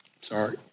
Sorry